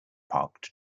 parked